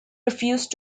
refuse